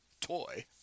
Toy